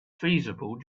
feasible